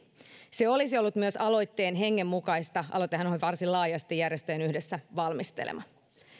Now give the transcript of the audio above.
olisi ollut myös aloitteen hengen mukaista aloitehan on varsin laajasti järjestöjen yhdessä valmistelema